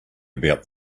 about